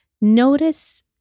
notice